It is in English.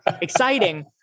exciting